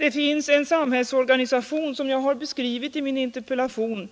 I de befriade områdena av Guinea-Bissau finns en samhällsorganisation som jag har beskrivit i min interpellation